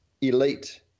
elite